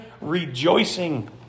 rejoicing